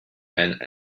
and